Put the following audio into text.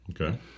Okay